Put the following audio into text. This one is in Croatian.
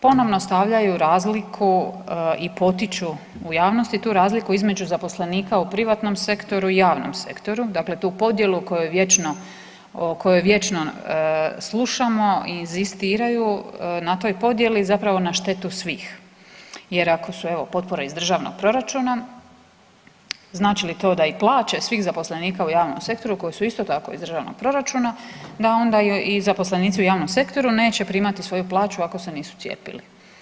Ponovno stavljaju razliku i potiču u javnosti tu razliku između zaposlenika u privatnom sektoru i javnom sektoru, dakle tu podjelu o kojoj vječno slušamo inzistiraju na toj podijeli zapravo na štetu svih jer ako su evo potpore iz državnog proračuna znači li to da i plaće svih zaposlenika u javnom sektoru koji su isto tako iz državnog proračuna da onda i zaposlenici u javnom sektoru neće primati svoju plaću ako se nisu cijepili.